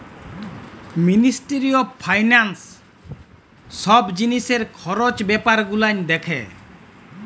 ministry of finance ছব জিলিসের খরচ ব্যাপার গুলান দ্যাখে